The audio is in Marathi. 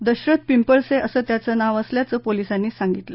दशरथ पिंपळसे असं त्याचं नाव असल्याचं पोलीसांनी सांगितलं